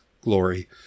glory